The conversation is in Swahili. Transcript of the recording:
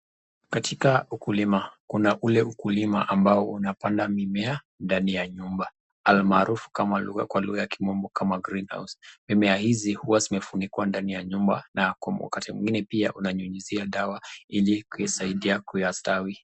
Katika ukulima, kuna ule ukulima ambao unapanda mimea ndani ya nyumba, almaarufu kama lugha kwa lugha ya kimombo kama greenhouse. Mimea hizi huwa zimefunikwa ndani ya nyumba na kwa wakati mwingine pia unanyunyizia dawa ili kusaidia kustawi.